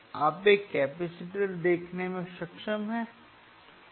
आप एक कैपेसिटर देखने में सक्षम हैं